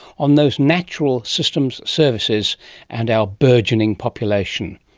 on those natural system services and our burgeoning population.